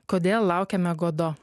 kodėl laukiame godo